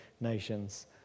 nations